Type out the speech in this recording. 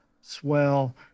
swell